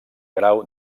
grau